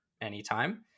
anytime